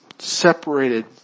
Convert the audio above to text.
separated